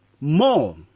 More